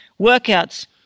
Workouts